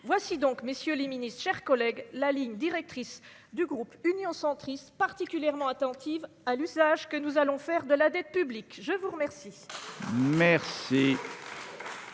voici donc, messieurs les Ministres, chers collègues, la ligne directrice du groupe Union centriste particulièrement attentive à l'usage que nous allons faire de la dette publique, je vous remercie.